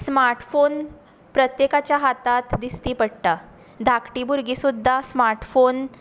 smartphone प्रत्येकाच्या हातांत दिश्टी पडटात धाकटीं भुरगीं सुद्दां स्मार्टफॉन